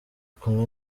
kumwe